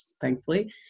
thankfully